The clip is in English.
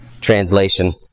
translation